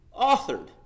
authored